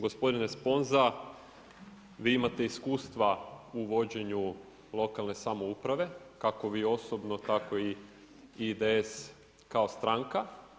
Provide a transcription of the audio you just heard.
Gospodine Sponza, vi imate iskustva u vođenju lokalne samouprave, ako vi osobno tako i IDS kao stranka.